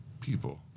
people